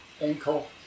ankle